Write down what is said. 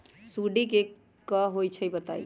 सुडी क होई छई बताई?